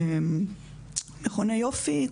מכוני יופי.